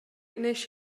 wnes